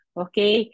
okay